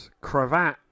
cravat